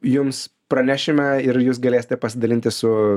jums pranešime ir jūs galėsite pasidalinti su